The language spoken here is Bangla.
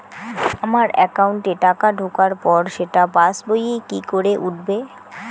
আমার একাউন্টে টাকা ঢোকার পর সেটা পাসবইয়ে কি করে উঠবে?